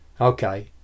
Okay